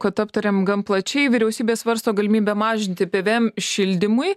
kad aptarėm gan plačiai vyriausybė svarsto galimybę mažinti pvm šildymui